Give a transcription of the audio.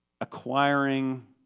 acquiring